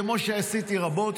כמו שעשיתי רבות,